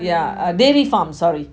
yeah uh dairy farms sorry